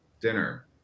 dinner